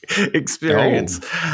experience